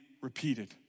repeated